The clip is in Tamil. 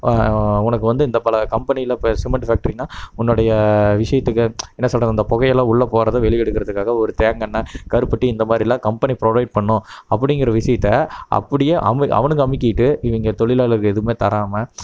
உனக்கு வந்து இந்த பல கம்பெனியில் இப்போ சிமெண்ட் ஃபேக்ட்ரின்னால் உன்னுடைய விஷயத்துக்கு என்ன சொல்வது அந்த புகையெல்லாம் உள்ளே போகிறது வெளியே எடுக்கிறதுக்காக ஒரு தேங்காண்ணெய் கருப்பட்டி இந்தமாதிரில்லாம் கம்பெனி ப்ரொவைட் பண்ணணும் அப்படிங்கிற விஷயத்த அப்படியே அவ அவனுங்க அமுக்கிட்டு இவங்க தொழிலாளர்களுக்கு எதுவுமே தராமல்